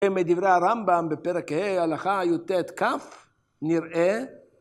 מדברי הרמב״ם בפרק ה, הלכה יטכ, נראה.